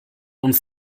uns